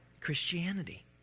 Christianity